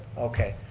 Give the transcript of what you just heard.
okay,